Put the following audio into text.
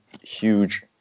huge